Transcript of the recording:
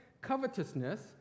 covetousness